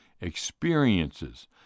experiences